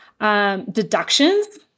deductions